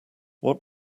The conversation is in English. what